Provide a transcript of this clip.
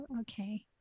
okay